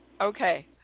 Okay